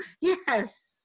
yes